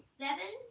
seven